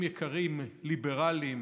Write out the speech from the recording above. אחים יקרים ליברלים,